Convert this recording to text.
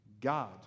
God